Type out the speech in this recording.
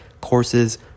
courses